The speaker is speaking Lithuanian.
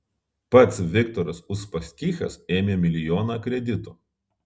pats viktoras uspaskichas ėmė milijoną kredito